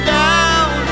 down